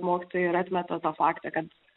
mokytojų ir atmeta tą faktą kad